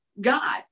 God